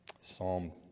Psalm